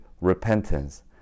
repentance